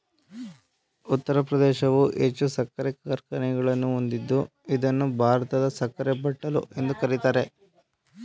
ಉತ್ತರ ಪ್ರದೇಶವು ಹೆಚ್ಚು ಸಕ್ಕರೆ ಕಾರ್ಖಾನೆಗಳನ್ನು ಹೊಂದಿದ್ದು ಇದನ್ನು ಭಾರತದ ಸಕ್ಕರೆ ಬಟ್ಟಲು ಎಂದು ಕರಿತಾರೆ